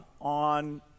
on